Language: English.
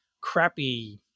crappy